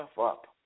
up